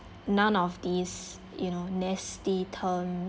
none of these you know nasty terms